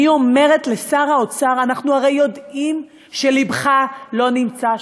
אני אומרת לשר האוצר: אנחנו הרי יודעים שלבך לא נמצא שם,